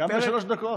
גם בשלוש דקות,